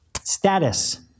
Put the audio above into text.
Status